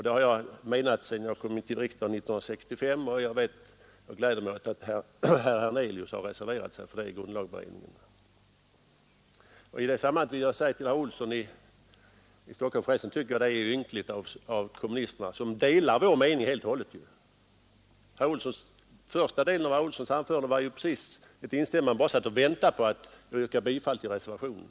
Det har jag ansett sedan jag kom till riksdagen år 1965, och jag glädjer mig åt att herr Hernelius har reserverat sig för det i Kommunisterna delar helt och hållet vår mening — den första delen av herr Olssons i Stockholm anförande var ett rent instämmande, jag bara satt och väntade på att han skulle yrka bifall till reservationen.